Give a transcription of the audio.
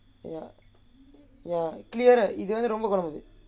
ya ya clear right இது அப்புறம் பண்ணுவோம்:ithu appuram pannuvom